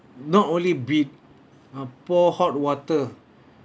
not only beat uh pour hot water